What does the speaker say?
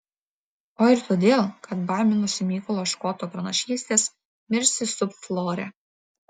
o ir todėl kad baiminosi mykolo škoto pranašystės mirsi sub flore